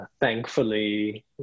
Thankfully